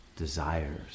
desires